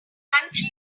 country